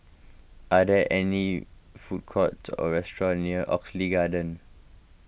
are there any food courts or restaurant near Oxley Garden